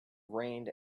rained